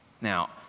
Now